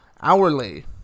hourly